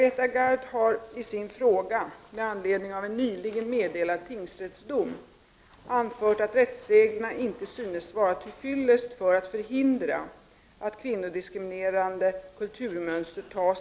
En ung gravid kvinna misshandlades och hotades av sin sambo. Misshandeln och hotet ledde till åtal. Mannen fälldes för misshandel, olaga hot och olaga tvång.